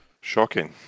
Shocking